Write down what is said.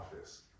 office